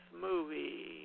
movie